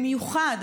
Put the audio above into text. ובמיוחד,